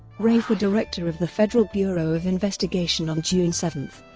wray for director of the federal bureau of investigation on june seven,